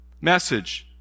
message